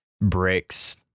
bricks